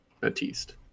Batiste